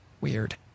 Weird